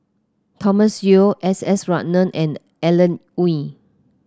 Thomas Yeo S S Ratnam and Alan Oei